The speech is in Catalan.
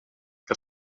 que